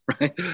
right